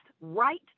right